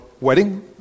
wedding